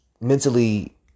mentally